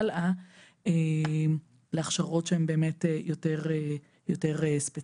הלאה להכשרות שהן באמת יותר ספציפיות.